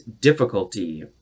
difficulty